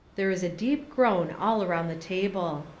there is a deep groan all around the table.